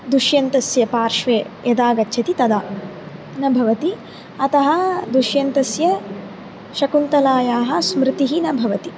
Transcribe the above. दुष्यन्तस्य पार्श्वे यदा गच्छति तदा न भवति अतः दुष्यन्तस्य शकुन्तलायाः स्मृतिः न भवति